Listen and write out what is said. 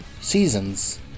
seasons